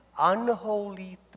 unholy